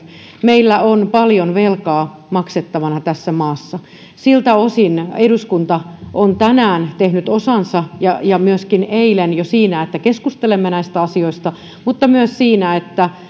meillä on paljon velkaa maksettavana tässä maassa siltä osin eduskunta on tänään tehnyt osansa ja ja myöskin jo eilen siinä että keskustelemme näistä asioista mutta myös siinä että